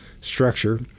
structure